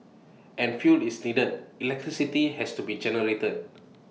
and fuel is needed electricity has to be generated